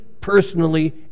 personally